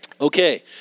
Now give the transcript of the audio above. Okay